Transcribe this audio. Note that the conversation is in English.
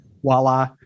voila